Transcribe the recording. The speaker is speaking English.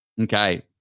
Okay